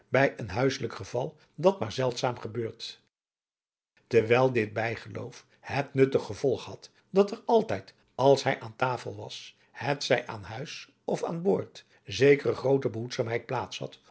bij een huisselijk geval dat maar zeldzaam gebeurt terwijl dit bijgeloof het nuttig gevolg had dat er altijd als hij aan tafel was het zij aan huis of aan boord zekere groote behoedzaamheid plaats had